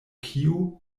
kiu